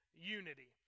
unity